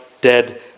dead